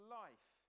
life